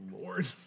lord